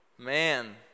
Man